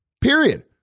Period